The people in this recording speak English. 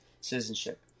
citizenship